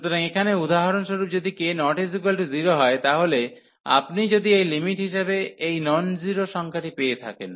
সুতরাং এখানে উদাহরণস্বরূপ যদি k ≠ 0 হয় তাহলে আপনি যদি এই লিমিট হিসাবে এই নন জিরো সংখ্যাটি পেয়ে থাকেন